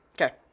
Okay